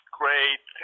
great